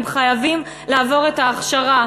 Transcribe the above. הם חייבים לעבור את ההכשרה.